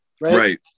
Right